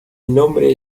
nombre